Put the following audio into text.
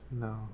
No